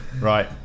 Right